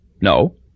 No